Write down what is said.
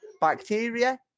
bacteria